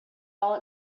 all